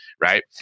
right